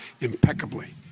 impeccably